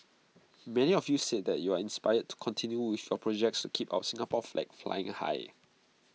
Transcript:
many of you said that you are inspired to continue with your projects to keep our Singapore flag flying high